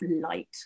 Light